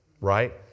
right